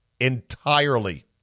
Entirely